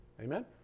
Amen